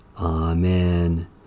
Amen